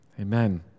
Amen